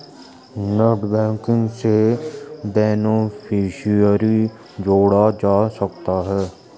net banking से beneficiary जोड़ा जा सकता है